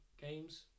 games